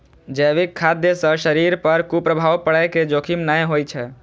जैविक खाद्य सं शरीर पर कुप्रभाव पड़ै के जोखिम नै होइ छै